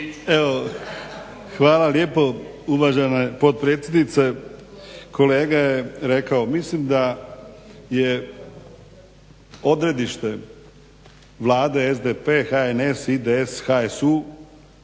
hvala lijepo uvažena potpredsjednice. Kolega je rekao, mislim da je odredište Vlade SDP-HNS-IDS-HSU